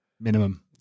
minimum